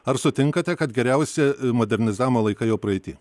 ar sutinkate kad geriausi modernizavimo laikai jau praeity